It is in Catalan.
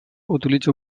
utilitza